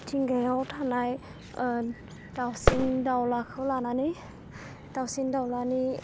मिथिंगायाव थानाय दावसिन दावलाखौ लानानै दावसिन दावलानि